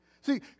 See